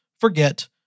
forget